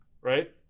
right